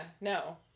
no